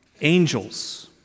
angels